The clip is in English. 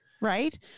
right